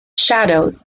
shadow